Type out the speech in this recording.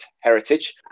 heritage